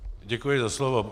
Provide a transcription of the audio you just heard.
Děkuji za slovo.